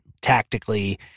tactically